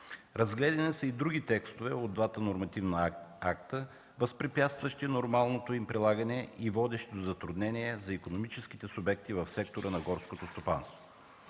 Разгледани са и други текстове от двата нормативни акта, възпрепятстващи нормалното им прилагане и водещо до затруднения за икономическите субекти в сектора на горското стопанство.